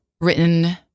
written